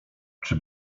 czy